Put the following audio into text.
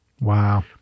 Wow